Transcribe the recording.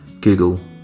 Google